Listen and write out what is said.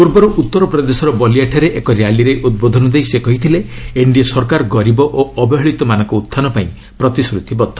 ପୂର୍ବରୁ ଉତ୍ତରପ୍ରଦେଶର ବଲିଆଠାରେ ଏକ ର୍ୟାଲିରେ ଉଦ୍ବୋଧନ ଦେଇ ସେ କହିଥିଲେ ଏନ୍ଡିଏ ସରକାର ଗରିବ ଓ ଅବହେଳିତମାନଙ୍କ ଉହ୍ଚାନ ପାଇଁ ପ୍ରତିଶ୍ରତିବଦ୍ଧ